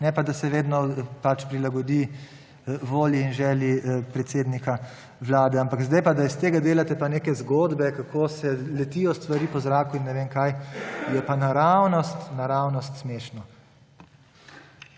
ne pa, da se vedno pač prilagodi volji in želji predsednika Vlade. Ampak zdaj pa, da iz tega delate pa neke zgodbe, kako letijo stvar po zraku in ne vem kaj, je pa naravnost,